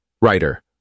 Writer